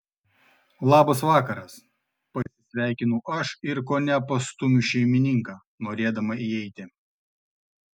labas vakaras pasisveikinu aš ir kone pastumiu šeimininką norėdama įeiti